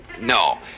No